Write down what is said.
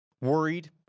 worried